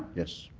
yes.